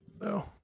No